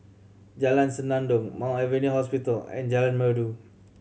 Jalan Senandong Mount Alvernia Hospital and Jalan Merdu